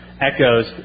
echoes